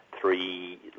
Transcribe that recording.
three